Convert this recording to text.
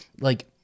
like-